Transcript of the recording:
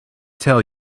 tell